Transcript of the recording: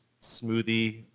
smoothie